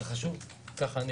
בעיניי, זה חשוב מה אנחנו